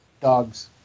dogs